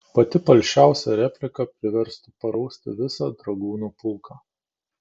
pati palšiausia replika priverstų parausti visą dragūnų pulką